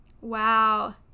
Wow